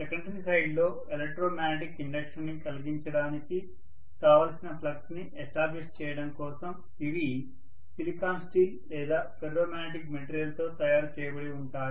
secondary side లో electromagnetic induction ని కలిగించడానికి కావలసిన ఫ్లక్స్ ని ఎస్టాబ్లిష్ చేయడం కోసం ఇవి సిలికాన్ స్టీల్ లేదా ఫెర్రోమాగ్నెటిక్ మెటీరియల్ తో తయారు చేయబడి ఉంటాయి